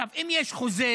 אם יש חוזה